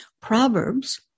Proverbs